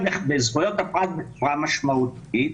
הוא פוגע בזכויות הפרט בצורה משמעותית.